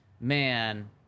man